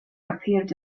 appeared